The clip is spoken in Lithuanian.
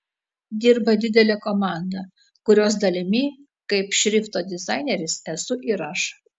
dirba didelė komanda kurios dalimi kaip šrifto dizaineris esu ir aš